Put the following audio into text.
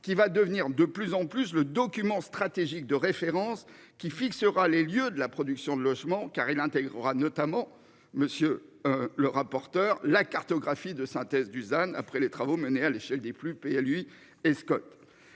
qui va devenir de plus en plus le document stratégique de référence qui fixera les lieux de la production de logements car il intégrera notamment monsieur. Le rapporteur. La cartographie de synthèse Dusan après les travaux menés à l'échelle des plus pays à lui